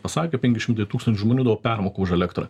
pasakė penki šimtai tūkstančių žmonių permoka už elektrą